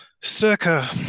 Circa